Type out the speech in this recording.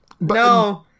No